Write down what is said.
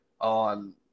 on